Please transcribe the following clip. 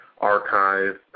archive